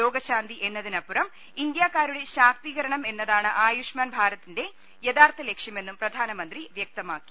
രോഗശാന്തി എന്നതിനപ്പുറം ഇന്ത്യക്കാരുടെ ശാക്തീക രണം എന്നതാണ് ആയുഷ്മാൻ ഭാരതിന്റെ യഥാർത്ഥ ലക്ഷ്യ മെന്നും പ്രധാനമന്ത്രി വ്യക്തമാക്കി